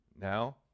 Now